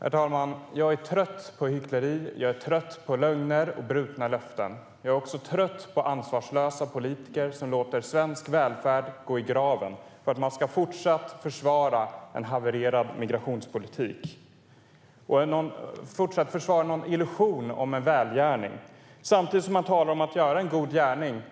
Herr talman! Jag är trött på hyckleri, lögner och brutna löften. Jag är också trött på ansvarslösa politiker som låter svensk välfärd gå i graven för att man fortsätter att försvara en havererad migrationspolitik och en illusion om en välgärning. Samtidigt som man talar om att göra en god gärning